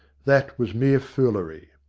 that was mere foolery.